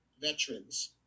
veterans